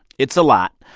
it's a lot.